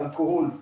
אלכוהול,